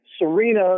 Serena